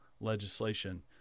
legislation